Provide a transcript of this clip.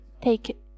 take